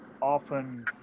often